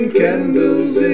candles